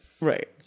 Right